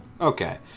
Okay